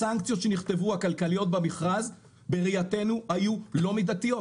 הסנקציות שנכתבו הכלכליות במכרז בראייתנו היו לא מידתיות,